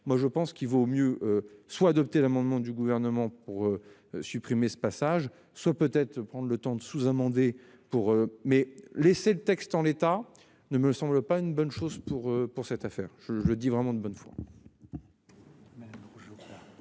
Moi je pense qu'il vaut mieux soit adopté l'amendement du gouvernement pour supprimer ce passage, ce peut être prendre le temps de sous-amendé pour mais laisser le texte en l'état ne me semble pas une bonne chose pour pour cette affaire, je dis vraiment de bonne foi.